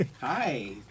Hi